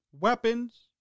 weapons